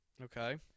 Okay